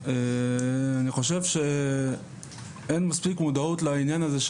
אני חושב שאין מספיק מודעות לעניין הזה,